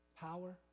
power